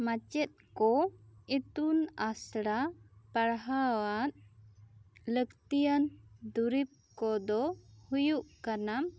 ᱢᱟᱪᱮᱫ ᱠᱚ ᱤᱛᱩᱱ ᱟᱥᱲᱟ ᱯᱟᱲᱦᱟᱣᱟᱫ ᱞᱟᱹᱠᱛᱤᱭᱟᱱ ᱫᱩᱨᱤᱵᱽ ᱠᱚ ᱫᱚ ᱦᱩᱭᱩᱜ ᱠᱟᱱᱟ